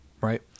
Right